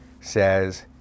says